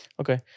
Okay